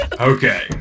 Okay